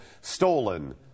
stolen